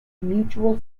mutual